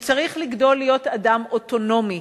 והוא צריך לגדול להיות אדם אוטונומי